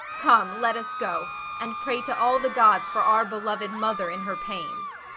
come, let us go and pray to all the gods for our beloved mother in her pains.